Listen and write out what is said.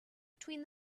between